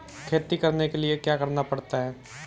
खेती करने के लिए क्या क्या करना पड़ता है?